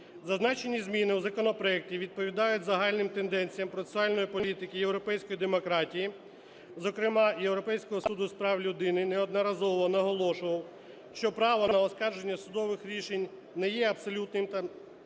Зазначені зміни у законопроекті відповідають загальним тенденціям процесуальної політики європейської демократії, зокрема Європейський суд з прав людини неодноразово наголошував, що право на оскарження судових рішень не є абсолютним та